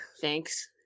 Thanks